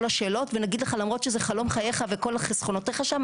השאלות ונגיד לך למרות שזה חלום חייך וכל חסכונותיך שם,